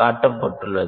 காட்டப்பட்டுள்ளது